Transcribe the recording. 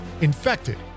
Infected